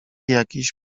jakiś